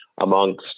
amongst